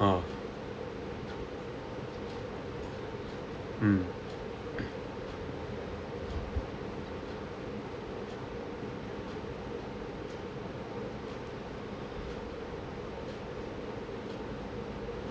oh mm